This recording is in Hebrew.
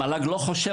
המל"ג לא חושב,